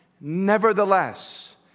Nevertheless